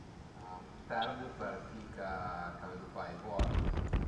A servu për chi ca vedu pa, i born